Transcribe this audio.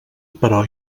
però